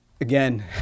again